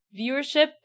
viewership